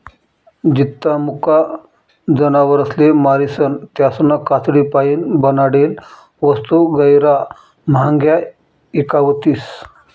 जित्ता मुका जनावरसले मारीसन त्यासना कातडीपाईन बनाडेल वस्तू गैयरा म्हांग्या ईकावतीस